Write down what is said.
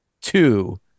two